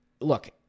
Look